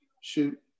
shoot